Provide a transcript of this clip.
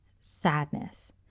sadness